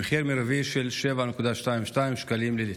למחיר מרבי של 7.22 שקלים לליטר.